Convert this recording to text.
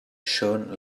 shone